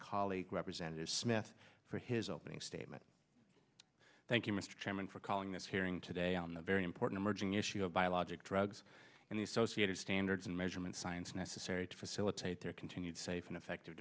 colleague representative smith for his opening statement thank you mr chairman for calling this hearing today on the very important emerging issue of biologic drugs and the associated standards and measurement science necessary to facilitate their continued safe and effective